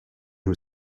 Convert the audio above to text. who